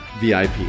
VIP